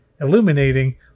illuminating